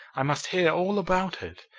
i must hear all about it.